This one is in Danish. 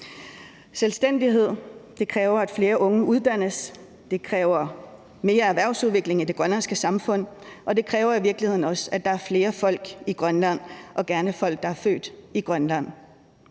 Selvstændighed kræver, at flere unge uddannes. Det kræver mere erhvervsudvikling i det grønlandske samfund, og det kræver i virkeligheden også, at der er flere folk i Grønland og gerne folk, der er født i Grønland.